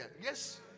Yes